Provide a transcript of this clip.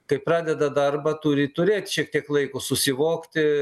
kai pradeda darbą turi turėt šiek tiek laiko susivokti